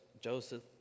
Joseph